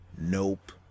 nope